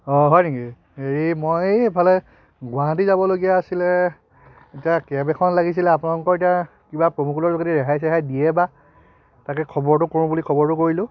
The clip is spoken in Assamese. অঁ হয় নেকি হেৰি মই এই এফালে গুৱাহাটী যাবলগীয়া আছিলে এতিয়া কেব এখন লাগিছিলে আপোনালোকৰ এতিয়া কিবা প্ৰম' ক'ডৰ যোগেদি ৰেহাই চেহাই দিয়ে বা তাকে খবৰটো কৰোঁ বুলি খবৰটো কৰিলোঁ